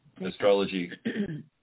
astrology